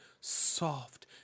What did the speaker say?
soft